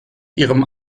ihrem